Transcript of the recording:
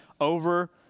over